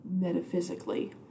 metaphysically